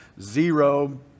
zero